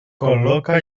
col·loca